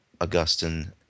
augustine